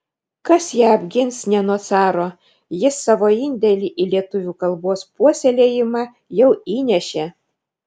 kas ją apgins ne nuo caro jis savo indėlį į lietuvių kalbos puoselėjimą jau įnešė